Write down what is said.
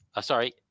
Sorry